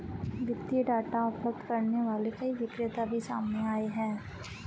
वित्तीय डाटा उपलब्ध करने वाले कई विक्रेता भी सामने आए हैं